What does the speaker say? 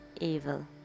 evil